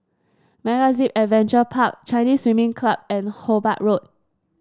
MegaZip Adventure Park Chinese Swimming Club and Hobart Road